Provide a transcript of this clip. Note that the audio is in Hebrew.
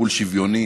טיפול שוויוני